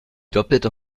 doppelte